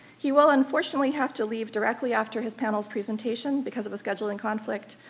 he will unfortunately have to leave directly after his panel's presentation because of a scheduling conflict,